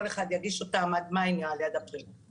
כל אחד יגיש אותם עד מאי, אפריל, נראה לי.